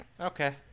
Okay